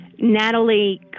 Natalie